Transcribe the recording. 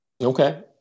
Okay